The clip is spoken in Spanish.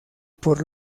por